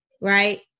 right